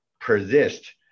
persist